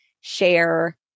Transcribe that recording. share